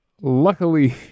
luckily